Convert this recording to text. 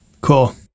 cool